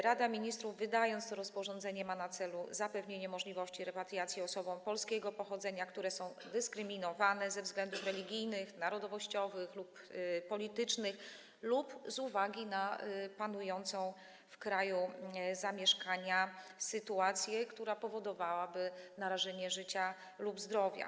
Rada Ministrów, wydając to rozporządzenie, ma na celu zapewnienie możliwości repatriacji osobom polskiego pochodzenia, które są dyskryminowane ze względów religijnych, narodowościowych lub politycznych lub z uwagi na panującą w kraju zamieszkania sytuację, która powodowałaby narażenie życia lub zdrowia.